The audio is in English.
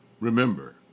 Remember